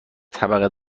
طبقه